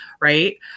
right